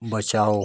बचाओ